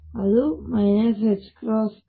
ಅದು 2m222m0